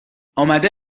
آمده